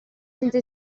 senza